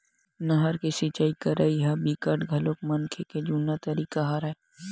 नहर ले सिचई करई ह बिकट घलोक मनखे के जुन्ना तरीका हरय